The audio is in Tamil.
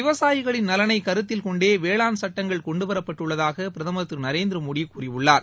விவசாயிகளின் நலனை கருத்தில் கொண்டே வேளாண் சட்டங்கள் கொண்டுவரப்பட்டுள்ளதாக பிரதமர் திரு நரேந்திரமோடி கூறியுள்ளார்